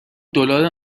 دلار